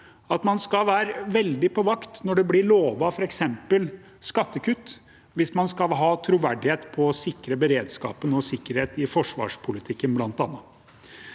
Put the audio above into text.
at man skal være veldig på vakt når det blir lovet f.eks. skattekutt, hvis man skal ha troverdighet på å sikre beredskap og sikkerhet, i forsvarspolitikken, bl.a.